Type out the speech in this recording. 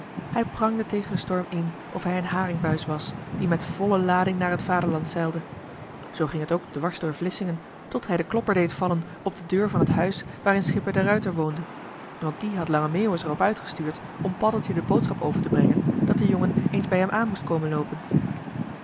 hij prangde tegen den storm in of hij een haringbuis was die met volle joh h been paddeltje de scheepsjongen van michiel de ruijter lading naar het vaderland zeilde zoo ging het ook dwars door vlissingen tot hij den klopper deed vallen op de deur van het huis waarin schipper de ruijter woonde want die had lange meeuwis er op uitgestuurd om paddeltje de boodschap over te brengen dat de jongen eens bij hem aan moest komen loopen